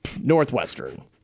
Northwestern